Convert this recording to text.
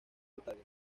italia